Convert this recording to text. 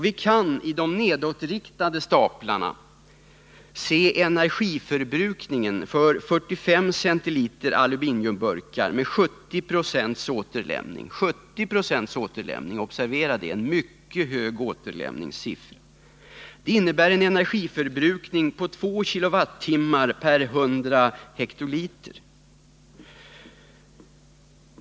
Vi kan i de nedåtriktade staplarna se energiförbrukningen för 45 centilitersburkar av aluminium med 70 96 återlämning — observera 70 96, en mycket hög siffra. Det innebär en energiförbrukning på 2 kWh per 100 hektoliter.